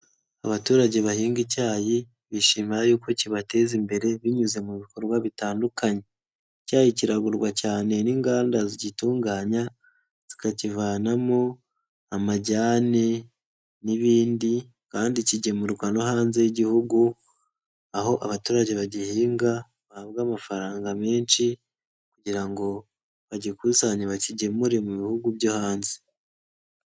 Abaturage bahinga icyayi bishimira yuko kibateza imbere binyuze mu bikorwa bitandukanye. Icyayi kiragurwa cyane n'inganda zigitunganya, zikakivanamo amajyani n'ibindi kandi kigemurwa no hanze y'Igihugu, aho abaturage bagihinga bahabwa amafaranga menshi kugira ngo bagikusanye bakigemure mu bihugu byo hanze.